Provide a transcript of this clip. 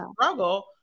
struggle